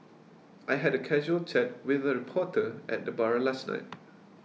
I had a casual chat with a reporter at the bar last night